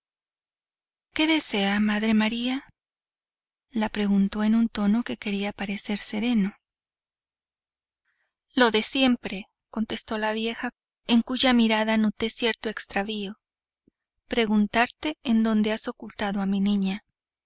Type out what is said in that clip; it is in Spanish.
qué desea v madre maría la preguntó en un tono que quería parecer sereno lo de siempre contestó la vieja en cuya mirada noté cierto extravío preguntarte en dónde has ocultado a mi niña